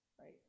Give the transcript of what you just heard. right